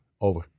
Over